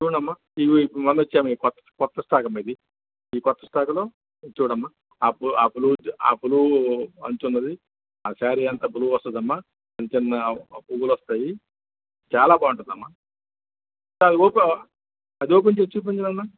చూడండి అమ్మా ఇవి మొన్న వచ్చాయి అమ్మా ఇది కొత్త కొత్త స్టాక్ అమ్మా ఇది ఈ కొత్త స్టాకులో చూడమ్మా ఆ బ్లు ఆ బ్లూ ఆ బ్లూ అంచు ఉన్నది ఆ సారీ అంతా బ్లూ వస్తుంది అమ్మా చిన్న చిన్న పువ్వులు వస్తాయి చాలా బాగుంటుంది అమ్మా ఆ ఓప్ అది ఓపెన్ చేసి చూపించు నాన్న